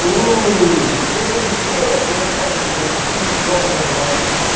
oh. dillon shaw, he has sent us this pink wonder whyte.